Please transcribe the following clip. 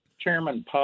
chairman